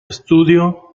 estudio